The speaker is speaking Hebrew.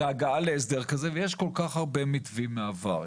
זה ההגעה להסדר כזה ויש כל כך הרבה מתווים מהעבר,